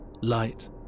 light